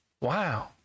Wow